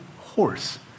horse